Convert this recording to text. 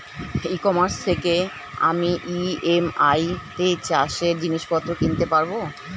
ই commerce থেকে আমি EMI তে চাষে জিনিসপত্র কিনতে পারব?